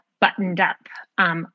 buttoned-up